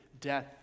death